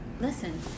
listen